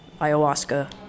ayahuasca